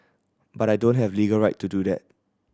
but I don't have legal right to do that